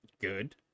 good